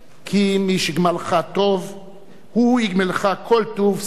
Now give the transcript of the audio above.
כי "מי שגמלך טוב הוא יגמלך כל טוב סלה"